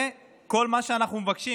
זה כל מה שאנחנו מבקשים.